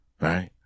right